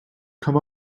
come